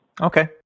Okay